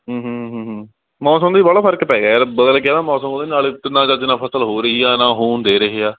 ਮੌਸਮ ਵੀ ਬਾਹਲਾ ਫਰਕ ਪੈ ਗਿਆ ਯਾਰ ਬਦਲ ਕੇ ਨਾ ਮੌਸਮ ਉਹਦੇ ਨਾਲ ਅਤੇ ਨਾ ਚੱਜ ਨਾਲ ਫਸਲ ਹੋ ਰਹੀ ਆ ਨਾ ਹੋਣ ਦੇ ਰਹੇ ਆ